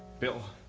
bill,